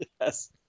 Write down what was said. Yes